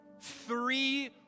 three